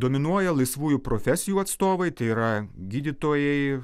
dominuoja laisvųjų profesijų atstovai tai yra gydytojai